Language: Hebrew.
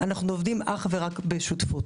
אנחנו עובדים אך ורק בשותפות.